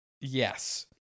yes